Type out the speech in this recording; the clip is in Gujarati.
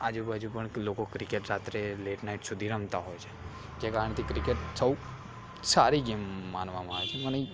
આજુ બાજુ પણ લોકો ક્રિકેટ રાત્રે લેટ નાઈટ સુધી રમતા હોય છે જે કારણથી ક્રિકેટ સૌ સારી ગેમ માનવામાં આવે છે મને